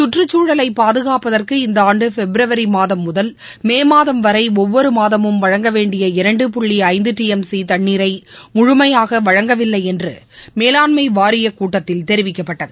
கற்றுச்சூழலை பாதுகாப்பதற்கு இந்த ஆண்டு பிப்ரவரி மாதம் முதல் மே மாதம் வரை ஒவ்வொரு மாதமும் வழங்க வேண்டிய இரண்டு புள்ளி ஐந்து டி எம் சி தண்ணீரை முழுமையாக வழங்கவில்லை என்று மேலாண்மை வாரியக் கூட்டத்தில் தெிவிக்கப்பட்டது